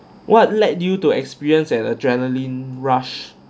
what led you to experience an adrenaline rush